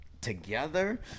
together